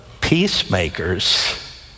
peacemakers